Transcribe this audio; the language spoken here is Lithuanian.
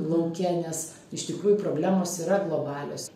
lauke nes iš tikrųjų problemos yra globalios